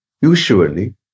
usually